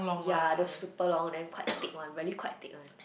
yea the super long then quite thick one really quite thick one